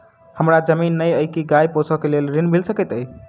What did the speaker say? हमरा जमीन नै अई की गाय पोसअ केँ लेल ऋण मिल सकैत अई?